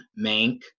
Mank